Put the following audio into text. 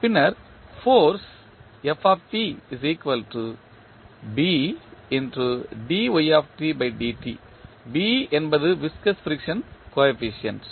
பின்னர் ஃபோர்ஸ் என்பது viscous frictional coefficient